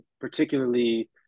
particularly